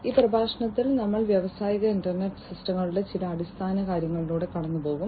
ഈ പ്രഭാഷണത്തിൽ ഞങ്ങൾ വ്യാവസായിക ഇന്റർനെറ്റ് സിസ്റ്റങ്ങളുടെ ചില അടിസ്ഥാനകാര്യങ്ങളിലൂടെ കടന്നുപോകും